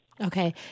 Okay